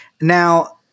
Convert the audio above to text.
Now